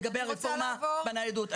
בוודאי לגבי הרפורמה בניידות.